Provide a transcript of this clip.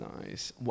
nice